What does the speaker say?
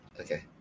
Okay